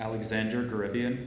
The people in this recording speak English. alexander caribbean